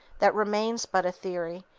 that remains but a theory,